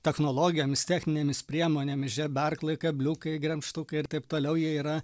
technologijomis techninėmis priemonėmis žeberklai kabliukai gremžtukai ir taip toliau jie yra